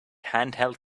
handheld